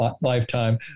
lifetime